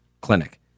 Clinic